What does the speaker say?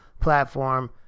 platform